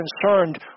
concerned